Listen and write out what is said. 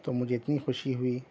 تو مجھے اتنی خوشی ہوئی